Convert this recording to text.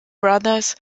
brothers